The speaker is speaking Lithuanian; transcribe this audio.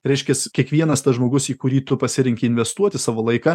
reiškias kiekvienas tas žmogus į kurį tu pasirenki investuoti savo laiką